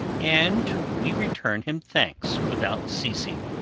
and we return him thanks without ceasing.